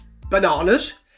Bananas